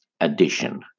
edition